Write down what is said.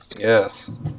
Yes